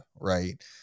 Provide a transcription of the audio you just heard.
right